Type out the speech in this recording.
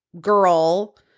girl